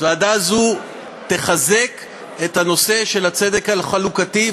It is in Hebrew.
ועדה זו תחזק את הנושא של הצדק החלוקתי,